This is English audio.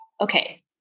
okay